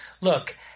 Look